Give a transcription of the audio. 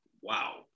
wow